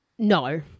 No